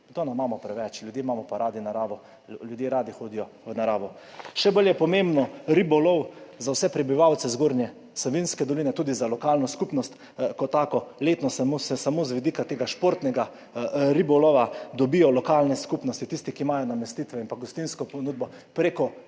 Betona imamo preveč, ljudje imamo pa radi naravo, ljudje radi hodijo v naravo. Še bolj je pomemben ribolov za vse prebivalce Zgornje Savinjske doline, tudi za lokalno skupnost kot tako. Letno samo z vidika tega športnega ribolova dobijo lokalne skupnosti, tisti, ki imajo namestitve in gostinsko ponudbo, prek